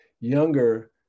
younger